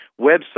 website